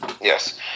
Yes